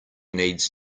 needs